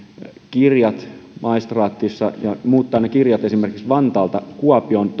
kirjat maistraatissa esimerkiksi vantaalta kuopioon